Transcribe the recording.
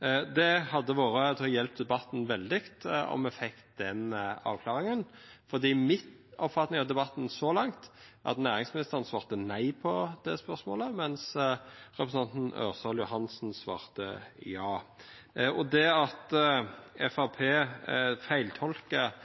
Det hadde vore veldig til hjelp for debatten om me fekk den avklaringa, for mi oppfatning av debatten så langt er at næringsministeren svarte nei på det spørsmålet, mens representanten Ørsal Johansen svarte ja. Det at